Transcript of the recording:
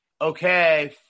okay